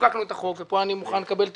כשחוקקנו את החוק ופה אני מוכן לקבל את